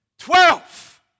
Twelve